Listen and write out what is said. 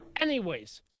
anyways-